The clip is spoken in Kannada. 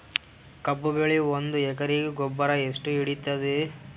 ಕಬ್ಬು ಬೆಳಿ ಒಂದ್ ಎಕರಿಗಿ ಗೊಬ್ಬರ ಎಷ್ಟು ಹಿಡೀತದ?